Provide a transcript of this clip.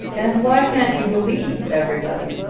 and why can't you believe everybody?